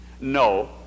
No